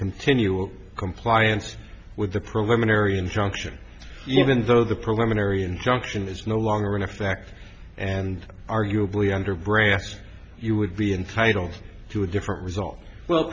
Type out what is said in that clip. continual compliance with the program unary injunction even though the program unary injunction is no longer in effect and arguably under breath you would be entitled to a different result well